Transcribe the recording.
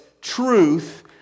truth